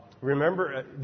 Remember